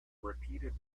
repeated